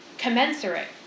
commensurate